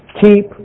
keep